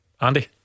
Andy